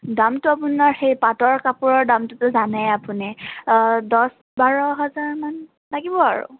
দামটো আপোনাৰ সেই পাটৰ কাপোৰৰ দামটোতো জানেই আপুনি দহ বাৰ হাজাৰমান লাগিব আৰু